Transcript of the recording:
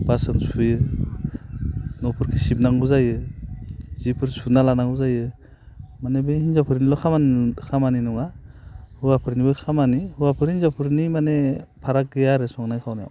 बासन सुयो न'फोरखौ सिबनांगौ जायो जिफोर सुना लानांगौ जायो माने बे हिनजावफोरनिल' खामानि नङा हौवाफोरनिबो खामानि हौवाफोरनि हिनजावफोरनि माने फाराग गैया आरो संनाय खावनायाव